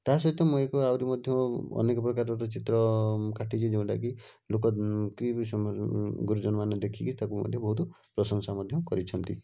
ତା' ସହିତ ମୁଁ ଏକ ଆହୁରି ମଧ୍ୟ ଅନେକପ୍ରକାରର ଚିତ୍ର କାଟିଛି ଯେଉଁଟା କି ଲୋକ କି ଗୁରୁଜନମାନେ ଦେଖିକି ତାକୁ ମଧ୍ୟ ବହୁତ ପ୍ରଶଂସା ମଧ୍ୟ କରିଛନ୍ତି